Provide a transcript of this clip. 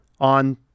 on